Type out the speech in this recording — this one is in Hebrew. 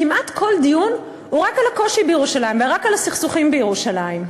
כמעט כל דיון הוא רק על הקושי בירושלים ורק על הסכסוכים בירושלים.